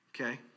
Okay